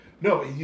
No